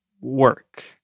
work